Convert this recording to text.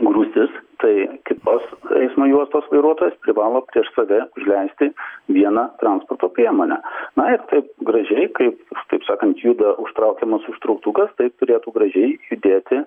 grūstis tai kitos eismo juostos vairuotojas privalo prieš save užleisti vieną transporto priemonę na ir taip gražiai kaip taip sakant juda užtraukiamas užtrauktukas taip turėtų gražiai judėti